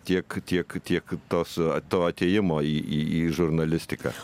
tiek tiek tiek to su to atėjimo į į į žurnalistiką